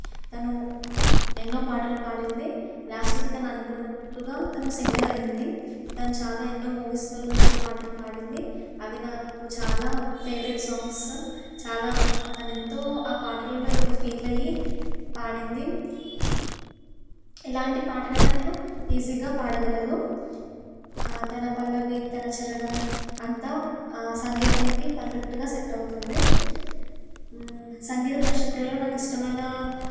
తను ఎన్నో పాటలు పాడింది లాస్ట్కి తను అనుకున్నట్టుగా తను సింగర్ అయ్యింది తను చాలా ఎన్నో మూవీస్లలో ఎన్నో పాటలు పాడింది అవి నాకు చాలా ఫేవరెట్ సాంగ్స్ చాలా తను ఎంతో ఆ పాటలలో ఎంతో ఫీల్ అయ్యి పాడింది ఎలాంటి పాటనైనా తను ఈజీగా పాడగలదు తన పల్లవి తన చరణం అంతా సంగీతంకి పర్ఫెక్ట్గా సెట్ అవుతుంది సంగీత దర్శకులలో నాకు ఇష్టమైన